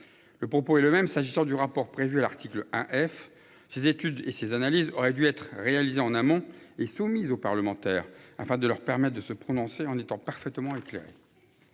Le propos est le même, s'agissant du rapport prévue à l'article 1 F.. Ces études et ces analyses aurait dû être réalisé en amont et soumise aux parlementaires afin de leur permettre de se prononcer en étant parfaitement éclairée.